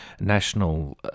national